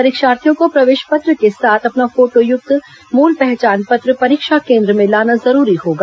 परीक्षार्थियों को प्रवेश पत्र के साथ अपना फोटोयुक्त मूल पहचान पत्र परीक्षा केन्द्र में लाना जरूरी होगा